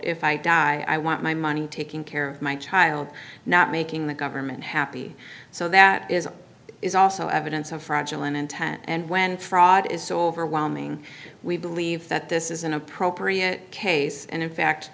if i die i want my money taking care of my child not making the government happy so that is is also evidence of fraudulent intent and when fraud is so overwhelming we believe that this is an appropriate case and in fact